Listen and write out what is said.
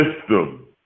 system